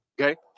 Okay